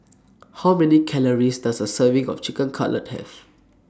How Many Calories Does A Serving of Chicken Cutlet Have